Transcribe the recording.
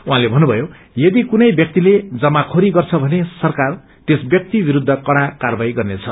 उहाँले भन्नुभयो यदै कुनै व्यक्तिले जमाखोरी गर्छ भने सरकार त्यस व्यक्ति विरूद्ध कड़ा क्वरवाईँ गर्नेछ